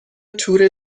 تور